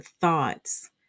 thoughts